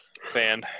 fan